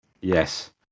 Yes